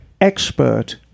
expert